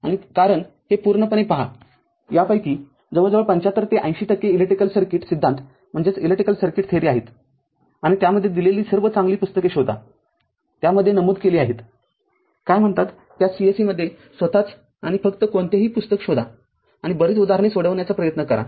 आणि कारण हे पूर्णपणे पहा या पैकी जवळजवळ ७५ ते ८० टक्के इलेक्ट्रिक सर्किट सिद्धांत आहेत आणि त्यामध्ये दिलेली सर्व चांगली पुस्तके शोधा त्यामध्ये नमूद केली आहेत काय कॉल त्या c se मध्ये स्वतःच आणि फक्त कोणतेही पुस्तक शोधा आणि बरीच उदाहरणे सोडवण्याचा प्रयत्न करा